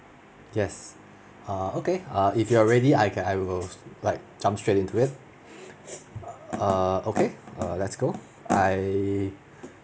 yes err okay err if you are ready I can I will like jump straight into it err okay err let's go I